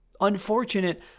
unfortunate